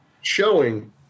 showing